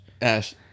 ash